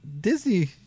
Disney